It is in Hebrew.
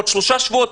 בעוד שלושה שבועות.